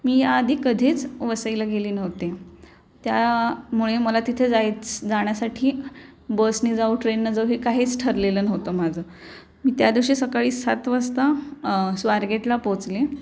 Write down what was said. मी या आधी कधीच वसईला गेले नव्हते त्यामुळे मला तिथे जायच जाण्यासाठी बसने जाऊ ट्रेननं जाऊ हे काहीच ठरलेलं नव्हतं माझं मी त्या दिवशी सकाळी सात वाजता स्वारगेटला पोचले